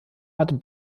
art